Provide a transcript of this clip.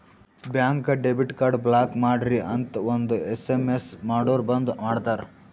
ಬ್ಯಾಂಕ್ಗ debit card block ಮಾಡ್ರಿ ಅಂತ್ ಒಂದ್ ಎಸ್.ಎಮ್.ಎಸ್ ಮಾಡುರ್ ಬಂದ್ ಮಾಡ್ತಾರ